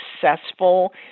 successful